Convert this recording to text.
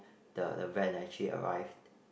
the the van actually arrived